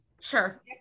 Sure